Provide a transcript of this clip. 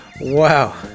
Wow